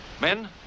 Men